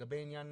לגבי עניין